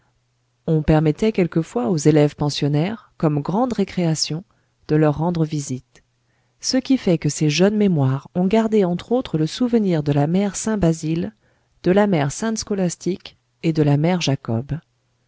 on permettait quelquefois aux élèves pensionnaires comme grande récréation de leur rendre visite ce qui fait que ces jeunes mémoires ont gardé entre autres le souvenir de la mère saint basile de la mère sainte scolastique et de la mère jacob